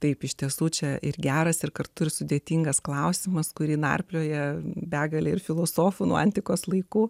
taip iš tiesų čia ir geras ir kartu ir sudėtingas klausimas kurį narplioja begalė ir filosofų nuo antikos laikų